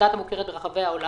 שזאת עמותה שפועלת ברחבי העולם.